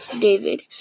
David